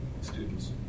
students